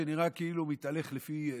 שנראה כאילו הוא מתהלך לפי תכנון.